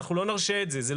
אנחנו לא נרשה את זה,